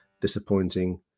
disappointing